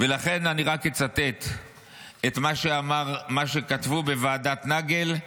לכן אני רק אצטט את מה שכתבו בוועדת נגל,